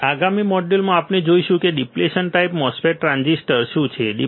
હવે આગામી મોડ્યુલમાં આપણે જોઈશું કે ડિપ્લેશન ટાઈપ મોસ ટ્રાન્ઝિસ્ટર શું છે